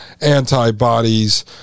antibodies